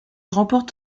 remporte